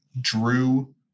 Drew